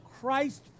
Christ